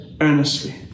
earnestly